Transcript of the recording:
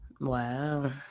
Wow